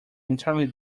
entirely